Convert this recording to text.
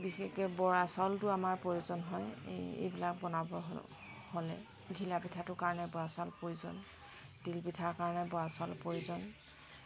বিশেষকৈ বৰা চাউলটো আমাৰ প্ৰয়োজন হয় এই এইবিলাক বনাবৰ হ'লে ঘিলাপিঠাটোৰ কাৰণে বৰা চাউলৰ প্ৰয়োজন তিলপিঠা কাৰণে বৰা চাউল প্ৰয়োজন